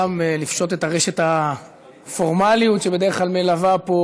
גם לפשוט את ארשת הפורמליות שבדרך כלל מלווה פה